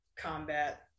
combat